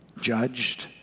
judged